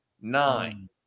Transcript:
Nine